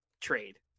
trade